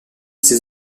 ses